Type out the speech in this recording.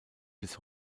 bis